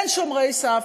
אין שומרי סף,